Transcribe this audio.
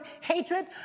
hatred